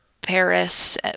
Paris